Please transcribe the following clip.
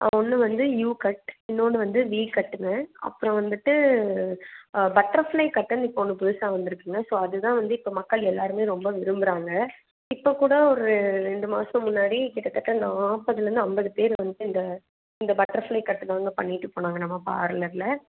ஒன்று வந்து U cut இன்னோன்று வந்து வி கட்டுங்க அப்புறம் வந்துவிட்டு பட்டர்ஃப்ளை கட்டுன்னு இப்போ ஒன்று புதுசாக வந்து இருக்குங்க ஸோ அது தான் வந்து இப்போ மக்கள் எல்லாருமே ரொம்ப விரும்புறாங்க இப்போக்கூட ஒரு ரெண்டு மாதம் முன்னாடி கிட்டத்தட்ட நாற்பதுலேந்து ஐம்பது பேர் வந்து இந்த இந்த பட்டர்ஃப்ளை கட்டுதாங்க பண்ணிகிட்டு போனாங்க நம்ம பார்லரில்